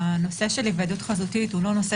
הנושא של היוועדות חזותית הוא לא נושא